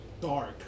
dark